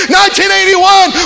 1981